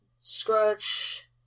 scratch